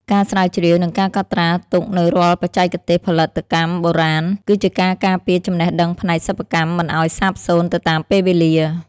ការស្រាវជ្រាវ និងការកត់ត្រាទុកនូវរាល់បច្ចេកទេសផលិតកម្មបុរាណ គឺជាការការពារចំណេះដឹងផ្នែកសិប្បកម្មមិនឱ្យសាបសូន្យទៅតាមពេលវេលា។